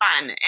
fun